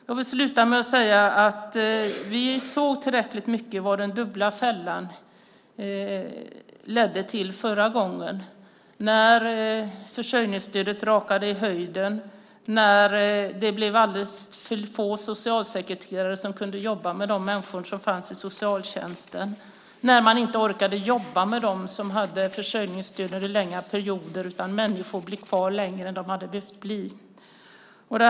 Jag vill säga att vi såg tillräckligt tydligt vad den dubbla fällan ledde till förra gången - när försörjningsstödet rakade i höjden, när alldeles för få socialsekreterare kunde jobba med de människor som fanns i socialtjänsten, när de inte orkade jobba med dem som hade försörjningsstöd under en längre period, och som därför blev kvar i det längre än de hade behövt vara.